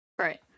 Right